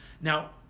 now